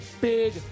big